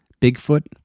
Bigfoot